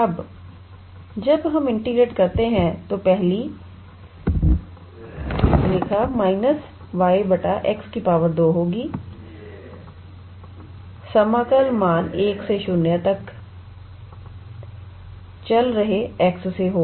अब जब हम इंटीग्रेट करते हैं तो पहला पद − y 𝑥 2 होगी समाकल मान 1 से 0 तक चल रहे x से होगा